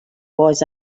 was